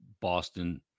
Boston